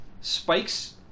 Spike's